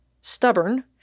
stubborn